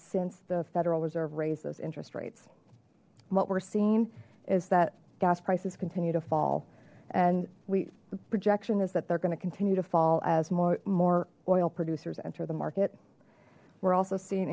since the federal reserve raised those interest rates what we're seeing is that gas prices continue to fall and we the projection is that they're going to continue to fall as more more oil producers enter the market we're also see